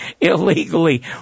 illegally